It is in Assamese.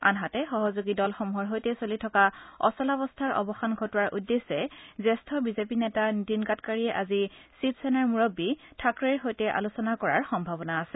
আনহাতে সহযোগী দলসমূহৰ সৈতে চলি থকা অচলাৱস্থাৰ অৱসান ঘটোৱাৰ উদ্দেশ্যে জ্যেষ্ঠ বিজেপি নেতা নিতীন গাডকাৰীয়ে আজি শিৱ সেনাৰ মুৰববী থাকৰেৰ সৈতে আলোচনা কৰাৰ সম্ভাৱনা আছে